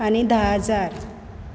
आनी धा हजार